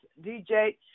DJ